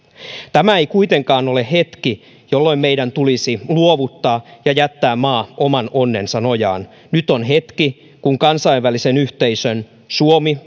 tämä ei kuitenkaan ole hetki jolloin meidän tulisi luovuttaa ja jättää maa oman onnensa nojaan nyt on hetki jolloin kansainvälisen yhteisön suomi